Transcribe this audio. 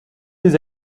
des